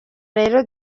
rero